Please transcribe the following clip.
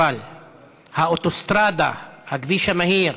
אבל האוטוסטרדה, הכביש המהיר,